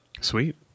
Sweet